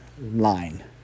line